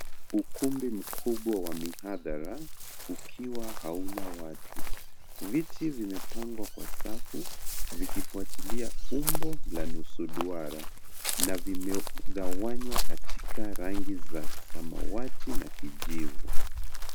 Ukumbi mkubwa wa mihadhara, ukiwa hauna watu .Viti vimepangwa kwa safu vikifuatilia umbo la nusu duara na vimegawanywa katika rangi za samawati na kijivu.